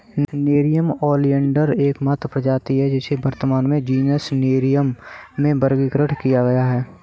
nerium oleander एकमात्र प्रजाति है जिसे वर्तमान में जीनस नेरियम में वर्गीकृत किया गया है